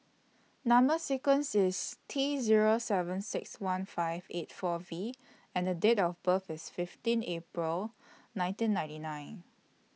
Number sequence IS T Zero seven six one five eight four V and The Date of birth IS fifteen April nineteen ninety nine